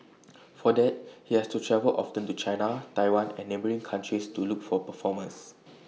for that he has to travel often to China Taiwan and neighbouring countries to look for performers